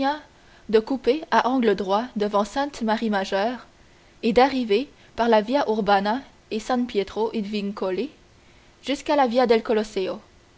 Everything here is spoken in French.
de couper à angle droit devant sainte marie majeure et d'arriver par la via urbana et san pietro in vincoli jusqu'à la via del